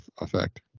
effect